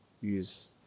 use